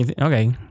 okay